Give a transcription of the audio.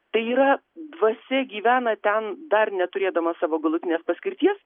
tai yra dvasia gyvena ten dar neturėdama savo galutinės paskirties